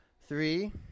Three